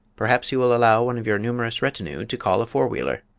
perhaps you will allow one of your numerous retinue to call a four-wheeler?